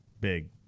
big